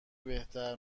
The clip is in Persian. بهتر